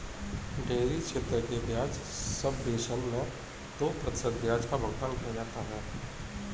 dairy क्षेत्र के ब्याज सबवेसन मैं दो प्रतिशत ब्याज का भुगतान किया जाता है